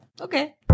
Okay